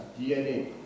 DNA